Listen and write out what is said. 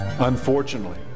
Unfortunately